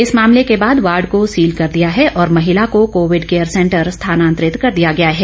इस मामले के बाद वार्ड को सील कर दिया है और महिला को कोविड केयर सेंटर स्थानांतरित कर दिया गया है